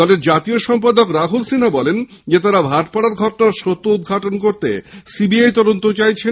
দলের জাতীয় সম্পাদক রাহুল সিনহা বলেন তারা ভাটপাড়ার ঘটনার সত্য উদঘাটন করতে সিবিআই তদন্ত চাইছেন